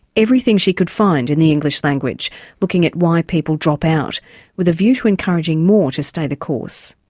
everything she could find in the english language looking at why people drop out with a view to encouraging more to stay the course.